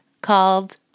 called